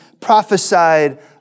prophesied